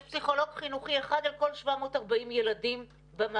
יש פסיכולוג חינוכי אחד על כל 740 ילדים במערכת.